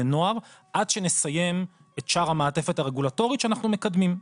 נוער עד שנסיים את שאר המעטפת הרגולטורית שאנחנו מקדמים.